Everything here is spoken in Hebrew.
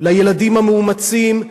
לילדים המאומצים,